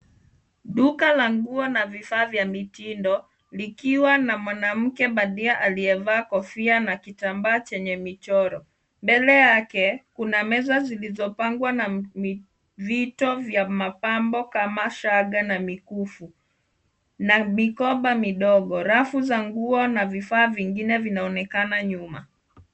Duka la nguo na vifaa vya mitindo likiwa na mwanamke bandia aliyevaa kofia na kitambaa chenye michoro. Mbele yake kuna meza zilizopangwa na mivito vya mapambo kama shanga na mikufu na mikoba midogo. Rafu za nguo na vifaa vingine vinaonekana nyuma.